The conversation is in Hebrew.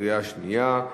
קריאה שנייה,